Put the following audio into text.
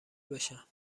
بشن